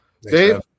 Dave